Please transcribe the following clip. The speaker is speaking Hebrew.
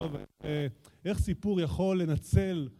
טוב, איך סיפור יכול לנצל...